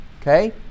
okay